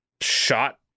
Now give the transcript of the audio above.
shot